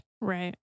Right